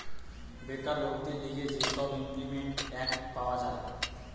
বেকার লোকদের লিগে যে সব ইমল্পিমেন্ট এক্ট পাওয়া যায়